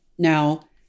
Now